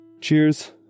Cheers